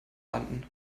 landen